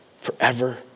forever